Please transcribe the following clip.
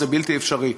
זה בלתי אפשרי,